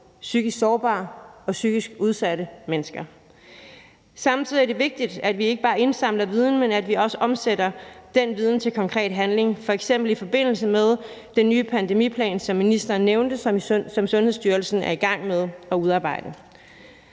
psykisk sårbare og psykisk udsatte mennesker, hvilket jeg oplevede. Samtidig er det vigtigt, at vi ikke bare indsamler viden, men at vi også omsætter den viden til konkret handling, f.eks. i forbindelse med den nye pandemiplan, som ministeren nævnte, og som Sundhedsstyrelsen er i gang med at udarbejde.